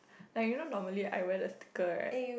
like you know normally I wear the thicker right